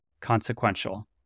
consequential